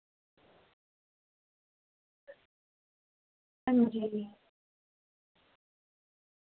हां जी